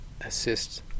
assist